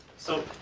so